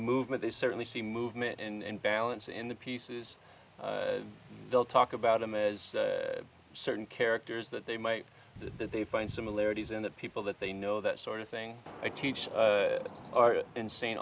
movement they certainly see movement and balance in the pieces they'll talk about them as certain characters that they might that they find similarities in the people that they know that sort of thing i teach our insane